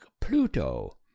Pluto